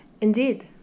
Indeed